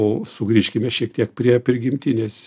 o sugrįžkime šiek tiek prie prigimtinės